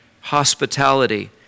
hospitality